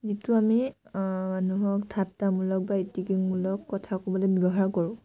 যিটো আমি মানুহক ঠাট্টামূলক বা ইটকিংমূলক কথা ক'বলৈ ব্যৱহাৰ কৰোঁ